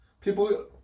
People